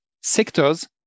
sectors